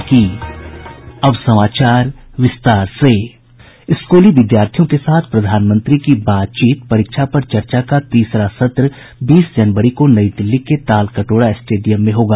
स्कूली विद्यार्थियों के साथ प्रधानमंत्री की बातचीत परीक्षा पर चर्चा का तीसरा सत्र बीस जनवरी को नई दिल्ली के तालकटोरा स्टेडियम में होगा